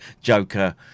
joker